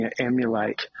emulate